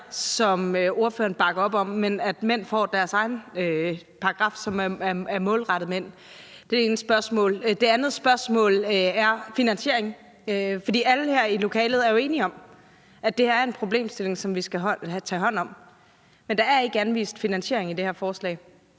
som ordføreren bakker op om, men at mænd får deres egen paragraf, som er målrettet mænd. Det er det ene spørgsmål. Det andet spørgsmål vedrører finansieringen, for alle her i lokalet er jo enige om, at det er en problemstilling, som vi skal tage hånd om, men der er ikke anvist finansiering i det her forslag.